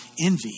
envy